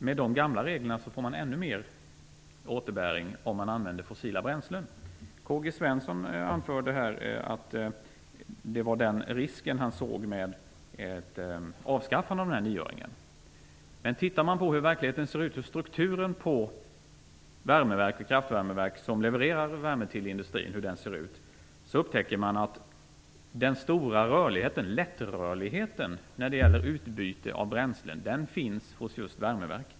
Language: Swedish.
Med de gamla reglerna får företagen ännu mer återbäring om fossilbränslen används. K-G Svensson anförde att han såg den risken med ett avskaffande av den här nioöringen. Men man kan titta på hur verkligheten ser ut, hur strukturen på värmeverk som levererar värme till industrin ser ut. Då upptäcker man att den stora lättrörligheten när det gäller utbyte av bränslen finns hos just värmeverk.